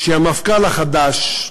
שהמפכ"ל החדש,